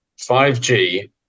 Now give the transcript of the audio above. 5G